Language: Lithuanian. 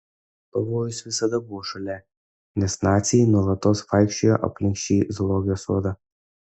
pavojus visada buvo šalia nes naciai nuolatos vaikščiojo aplink šį zoologijos sodą